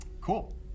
cool